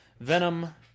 Venom